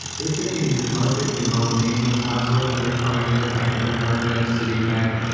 they're taking your target you know name and password, and they're trying it at bank of america and citibank,